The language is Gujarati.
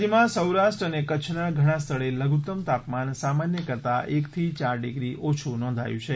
રાજ્યમાં સૌરાષ્ટ્ર અને કચ્છના ઘણા સ્થળે લઘુત્તમ તાપમાન સામાન્ય કરતાં એકથી ચાર ડિગ્રી ઓછું નોંધાયું છે